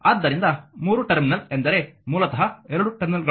ಆದ್ದರಿಂದ 3 ಟರ್ಮಿನಲ್ ಎಂದರೆ ಮೂಲತಃ 2 ಟರ್ಮಿನಲ್ಗಳು